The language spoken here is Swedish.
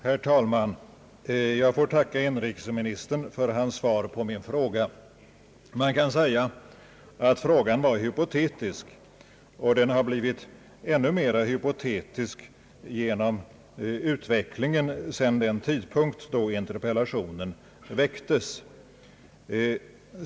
Herr talman! Jag tackar inrikesministern för hans svar på min fråga. Man kan säga att frågan var hypotetisk, och den har blivit ännu mera hypotetisk på grund av den utveckling som skett sedan interpellationen framställdes.